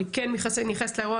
אני כן נכנסת לאירוע,